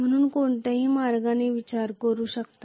आपण कोणत्याही मार्गाने विचार करू शकता